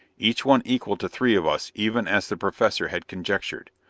each one equal to three of us even as the professor had conjectured.